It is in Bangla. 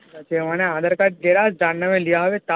আচ্ছা আচ্ছা মানে আধার কার্ড জেরক্স যার নামে নেওয়া হবে তার